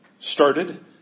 started